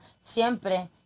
siempre